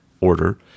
order